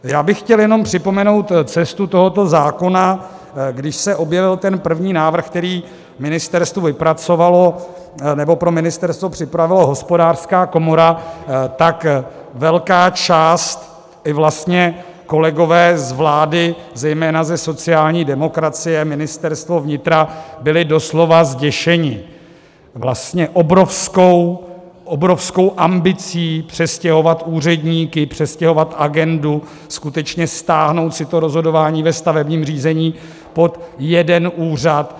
Já bych chtěl jenom připomenout cestu tohoto zákona, když se objevil první návrh, který ministerstvo vypracovalo nebo pro ministerstvo připravila Hospodářská komora, tak velká část, i vlastně kolegové z vlády, zejména ze sociální demokracie, Ministerstvo vnitra, byli doslova zděšeni obrovskou ambicí přestěhovat úředníky, přestěhovat agendu, stáhnout si rozhodování ve stavebním řízení pod jeden úřad.